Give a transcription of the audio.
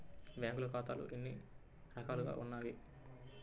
బ్యాంక్లో ఖాతాలు ఎన్ని రకాలు ఉన్నావి?